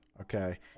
okay